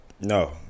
No